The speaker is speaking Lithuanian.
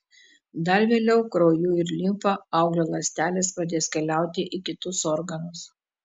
dar vėliau krauju ir limfa auglio ląstelės pradės keliauti į kitus organus